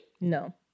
No